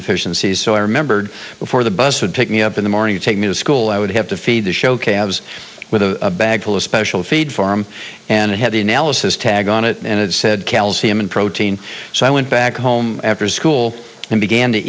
sea so i remembered before the bus would pick me up in the morning to take me to school i would have to feed the show calves with a bag full of special feed farm and it had the analysis tag on it and it said calcium and protein so i went back home after school and began to